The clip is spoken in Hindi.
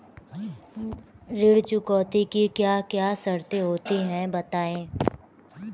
ऋण चुकौती की क्या क्या शर्तें होती हैं बताएँ?